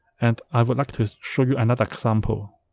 and i would like to show you another example